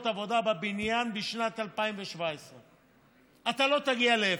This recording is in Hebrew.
עבודה בבניין בשנת 2017. אתה לא תגיע לאפס.